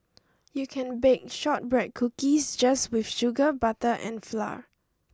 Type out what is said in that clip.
you can bake shortbread cookies just with sugar butter and flour